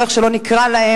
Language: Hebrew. או איך שלא נקרא להם,